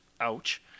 ouch